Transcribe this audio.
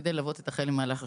וכדי ללוות את החייל במהלך השרות.